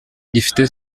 gifite